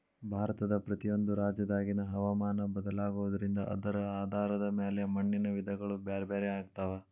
ಭಾರತದ ಪ್ರತಿಯೊಂದು ರಾಜ್ಯದಾಗಿನ ಹವಾಮಾನ ಬದಲಾಗೋದ್ರಿಂದ ಅದರ ಆಧಾರದ ಮ್ಯಾಲೆ ಮಣ್ಣಿನ ವಿಧಗಳು ಬ್ಯಾರ್ಬ್ಯಾರೇ ಆಗ್ತಾವ